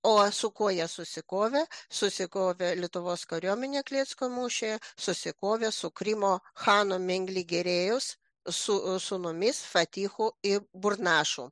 o su kuo jie susikovė susikovė lietuvos kariuomenė klecko mūšyje susikovė su krymo chano mengligėrėjausi su sūnumis fatichu ir burnašu